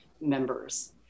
members